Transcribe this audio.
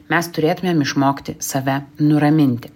mes turėtumėm išmokti save nuraminti